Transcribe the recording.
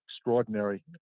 extraordinary